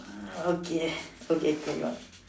uh okay okay carry on